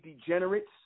degenerates